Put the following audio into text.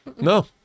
no